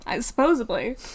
Supposedly